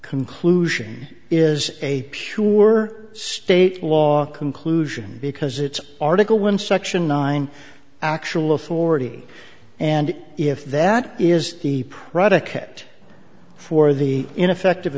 conclusion is a sure state law conclusion because it's article one section nine actual authority and if that is the predicate for the ineffective